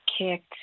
kicked